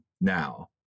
now